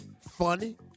Funny